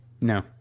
No